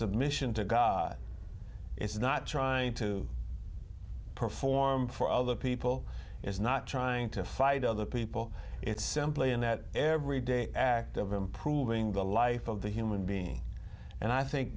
submission to god it's not trying to perform for other people it's not trying to fight other people it's simply in that every day act of improving the life of the human being and i think